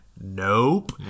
nope